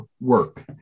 work